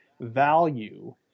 value